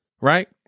right